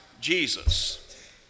Jesus